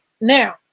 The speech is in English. Now